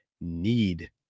need